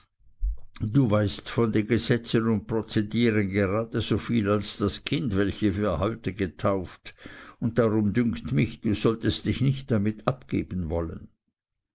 du weißt von den gesetzen und dem prozedieren gerade so viel als das kind welches wir heute getauft und darum dünkt mich du solltest dich nicht damit abgeben wollen